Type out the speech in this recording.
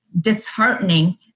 disheartening